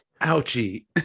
Ouchie